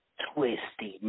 twisty